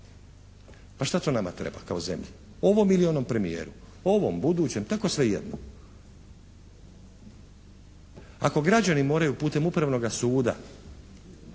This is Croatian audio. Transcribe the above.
Pa šta to nama treba kao zemlji? Ovom ili onom premijeru, ovom, budućem, tako je svejedno. Ako građani moraju putem Upravnoga suda